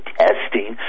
testing